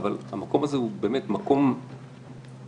המקום הזה הוא באמת מקום מרגש,